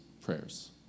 prayers